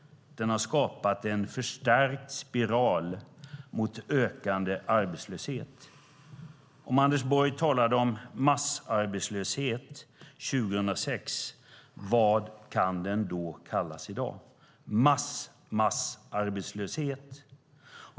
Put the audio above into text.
Den har skapat en förstärkt spiral mot ökande arbetslöshet. Om Anders Borg talade om massarbetslöshet 2006, vad kan den då kallas i dag? Mass-massarbetslöshet?